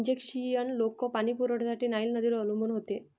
Egyptian लोक पाणी पुरवठ्यासाठी नाईल नदीवर अवलंबून होते